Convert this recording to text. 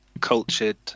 cultured